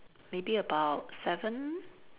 maybe about seven